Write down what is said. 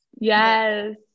Yes